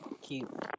Cute